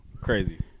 Crazy